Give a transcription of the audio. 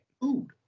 food